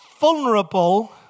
vulnerable